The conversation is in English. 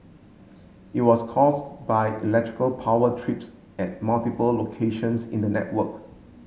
it was caused by electrical power trips at multiple locations in the network